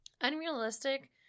Unrealistic